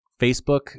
Facebook